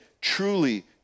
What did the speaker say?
truly